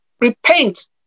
Repent